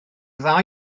dda